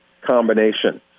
combination